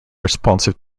responsive